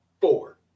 four